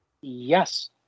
Yes